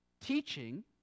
teaching